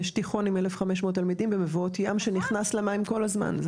יש תיכון עם אלף חמש מאות תלמידים במבואות ים שנכנס למים כל הזמן,